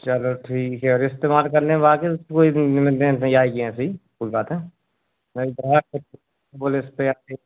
चलो ठीक है और इस्तेमाल करने बाद कोई नहीं आएगी ऐसी कोई बात है नहीं बोले आकर